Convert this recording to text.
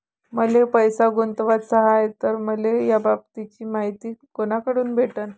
मले पैसा गुंतवाचा हाय तर मले याबाबतीची मायती कुनाकडून भेटन?